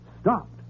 Stopped